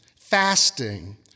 fasting